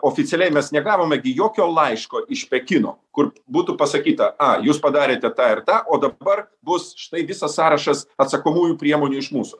oficialiai mes negavome gi jokio laiško iš pekino kur būtų pasakyta a jūs padarėte tą ir tą o dabar bus štai visas sąrašas atsakomųjų priemonių iš mūsų